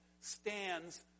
stands